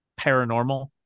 paranormal